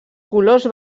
colors